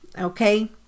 Okay